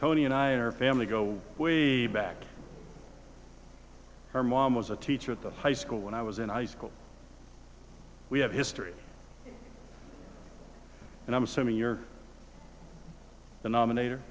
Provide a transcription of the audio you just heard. tony and i in our family go we back our mom was a teacher at the high school when i was in high school we have history and i'm assuming you're the nominator